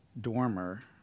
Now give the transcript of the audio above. dormer